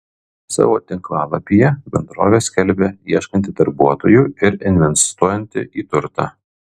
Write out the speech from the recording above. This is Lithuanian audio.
savo tinklalapyje bendrovė skelbia ieškanti darbuotojų ir investuojanti į turtą